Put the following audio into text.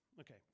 Okay